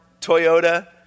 Toyota